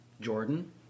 Jordan